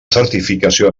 certificació